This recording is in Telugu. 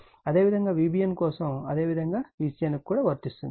అదేవిధంగా VBN కోసం అదే విధంగా VCN కి కూడా వర్తిస్తుంది